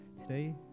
today